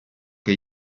che